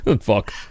fuck